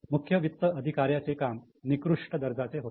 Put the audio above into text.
मुख्य वित्तीय अधिकार्याचे काम निकृष्ट दर्जाचे होते